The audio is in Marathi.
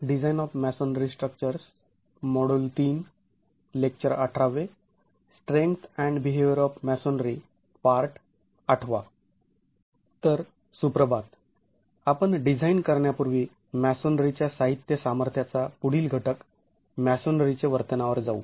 तर सुप्रभात आपण डिझाईन करण्यापूर्वी मॅसोनरीच्या साहित्य सामर्थ्याचा पुढील घटक मॅसोनरीचे वर्तनावर जाऊ